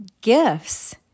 gifts